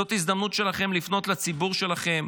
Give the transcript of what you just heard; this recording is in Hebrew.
זאת ההזדמנות שלכם לפנות לציבור שלכם.